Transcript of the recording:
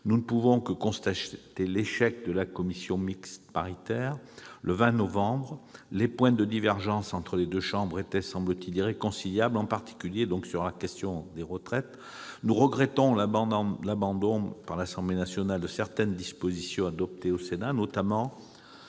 Nous ne pouvons que constater l'échec de la commission mixte paritaire qui s'est tenue le 20 novembre dernier. Les points de divergence entre les deux chambres étaient, semble-t-il, irréconciliables, en particulier sur la question des retraites. Nous regrettons l'abandon par l'Assemblée nationale de certaines des dispositions adoptées au Sénat, notamment